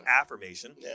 affirmation